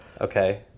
Okay